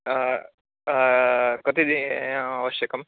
कति दिनं आवश्यकम्